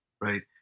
right